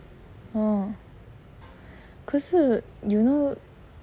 orh 可是 you know